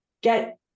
get